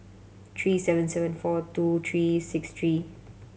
three seven seven four two three six three